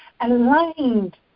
aligned